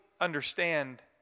understand